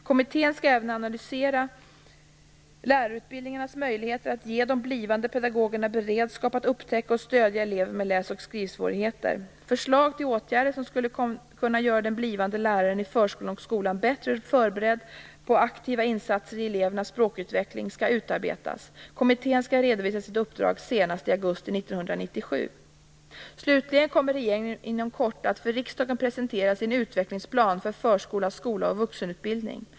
Kommittén skall även analysera lärarutbildningarnas möjligheter att ge de blivande pedagogerna beredskap att upptäcka och stödja elever med läs och skrivsvårigheter. Förslag till ågärder som skulle kunna göra den blivande läraren i förskola och skola bättre förberedd på aktiva insatser i elevernas språkutveckling skall utarbetas. Kommittén skall redovisa sitt uppdrag senast i augusti 1997. Slutligen kommer regeringen inom kort att för riksdagen presentera sin utvecklingsplan för förskola, skola och vuxenutbildning.